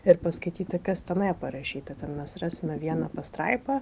ir paskaityti kas tenai parašyta ten mes rasime vieną pastraipą